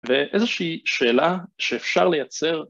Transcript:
ואיזושהי שאלה שאפשר לייצר